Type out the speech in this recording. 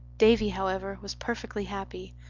davy, however, was perfectly happy.